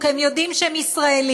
כי הם יודעים שהם ישראלים,